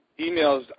emails